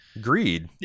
greed